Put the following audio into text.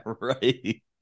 right